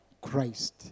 Christ